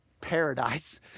paradise